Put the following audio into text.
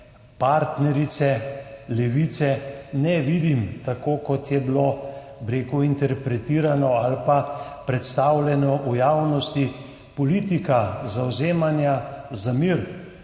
partnerice Levice ne vidim tako, kot je bilo, bi rekel, interpretirano ali pa predstavljeno v javnosti. Politika zavzemanja za mir,